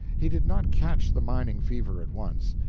he did not catch the mining fever at once.